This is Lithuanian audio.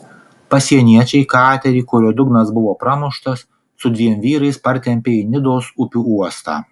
pasieniečiai katerį kurio dugnas buvo pramuštas su dviem vyrais partempė į nidos upių uostą